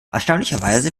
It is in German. erstaunlicherweise